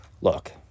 look